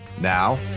now